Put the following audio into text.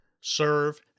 serve